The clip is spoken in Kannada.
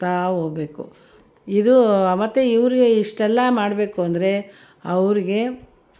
ಸ್ತಾ ಹೋಗ್ಬೇಕು ಇದು ಆವತ್ತೆ ಇವ್ರಿಗೆ ಇಷ್ಟೆಲ್ಲ ಮಾಡಬೇಕು ಅಂದರೆ ಅವ್ರಿಗೆ